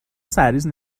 سرریز